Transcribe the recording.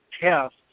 tests